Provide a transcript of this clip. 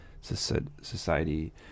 society